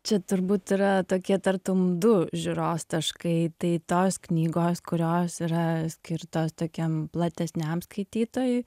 čia turbūt yra tokie tartum du žiūros taškai tai tos knygos kurios yra skirtos tokiam platesniam skaitytojui